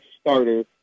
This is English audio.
starter